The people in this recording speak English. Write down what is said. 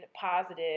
positive